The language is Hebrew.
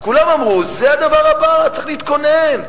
כולם אמרו, זה הדבר הבא, צריך להתכונן.